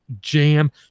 jam